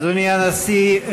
אדוני הנשיא,